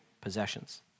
possessions